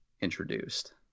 introduced